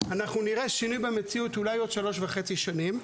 שנראה שינוי במציאות רק בעוד שלוש וחצי שנים.